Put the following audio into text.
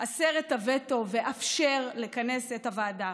הסר את הווטו ואפשר לכנס את הוועדה.